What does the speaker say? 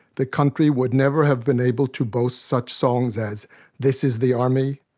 the country would never have been able to boast such songs as this is the army,